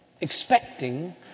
expecting